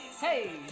Hey